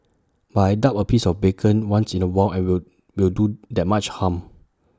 but I doubt A piece of bacon once in A while I will will do that much harm